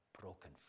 broken